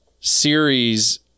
series